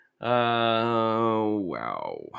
Wow